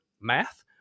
math